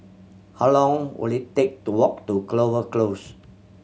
how long will it take to walk to Clover Close